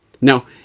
Now